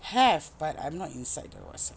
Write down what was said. have but I'm not inside the WhatsApp